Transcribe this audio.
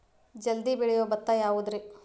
ಜಲ್ದಿ ಬೆಳಿಯೊ ಭತ್ತ ಯಾವುದ್ರೇ?